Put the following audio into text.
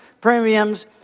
premiums